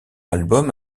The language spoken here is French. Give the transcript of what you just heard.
album